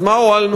אז מה הועלנו?